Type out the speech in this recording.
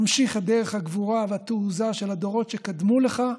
ממשיך את דרך הגבורה והתעוזה של הדורות שקדמו לך,